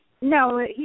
No